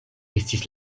estis